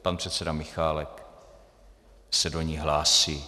Pan předseda Michálek se do ní hlásí.